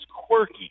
quirky